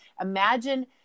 imagine